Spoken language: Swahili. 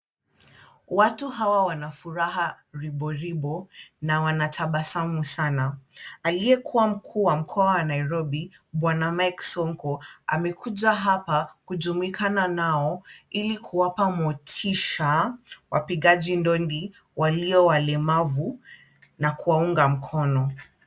Watu hawa wanafuraha ribo ribo na wanatabasamu sana. Aliyekuwa mkuu wa mkoa wa Nairobi, Bwana Mike Sonko amekuja hapa kujumuikana nao ili kuwapa motisha wapigaji ndondi waliowalemavu na kuwaunga mkono.